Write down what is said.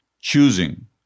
Choosing